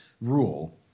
rule